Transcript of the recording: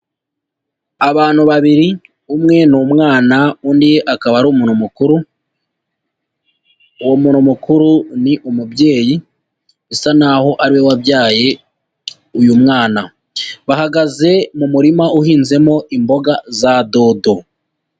Abantu babiri umwe ni umwana undi akaba ari umuntu mukuru, uwo mukuru ni umubyeyi usa naho ari we wabyaye uyu mwana, bahagaze mu murima uhinzemo imboga za dodo.